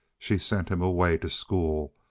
she sent him away to school,